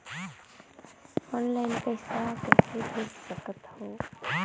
Online पइसा कइसे भेज सकत हो?